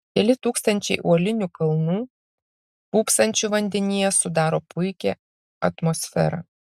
keli tūkstančiai uolinių kalnų pūpsančių vandenyje sudaro puikią atmosferą